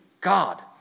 God